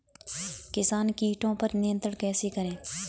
किसान कीटो पर नियंत्रण कैसे करें?